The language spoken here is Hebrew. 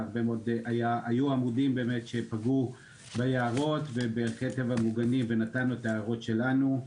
עמודים שפגעו ביערות וערכי טבע מוגנים ונתנו את ההערות שלנו.